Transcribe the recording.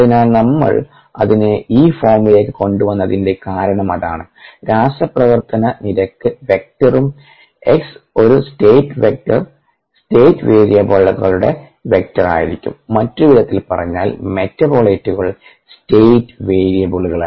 അതിനാൽ നമ്മൾ അതിനെ ഈ ഫോമിലേക്ക് കൊണ്ടുവന്നതിന്റെ കാരണം അതാണ് രാസപ്രവർത്തന നിരക്ക് വെക്റ്ററും x ഒരു സ്റ്റേറ്റ് വെക്റ്റർ സ്റ്റേറ്റ് വേരിയബിളുകളുടെ വെക്റ്റർ ആയിരിക്കും മറ്റൊരു വിധത്തിൽ പറഞ്ഞാൽ മെറ്റബോളിറ്റുകൾ സ്റ്റേറ്റ് വേരിയബിളുകളാണ്